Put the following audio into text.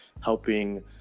helping